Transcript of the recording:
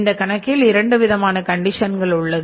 இந்தக் கணக்கில் இரண்டுவிதமான கண்டிஷன்கள் உள்ளது